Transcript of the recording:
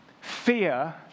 Fear